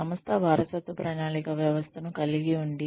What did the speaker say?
సంస్థ వారసత్వ ప్రణాళిక వ్యవస్థను కలిగి ఉంది